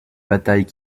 batailles